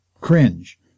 cringe